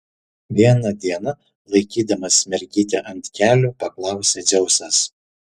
vieną dieną laikydamas mergytę ant kelių paklausė dzeusas